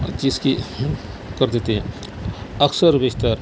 اور جس کی کر دیتے ہیں اکثر و بیشتر